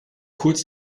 kurz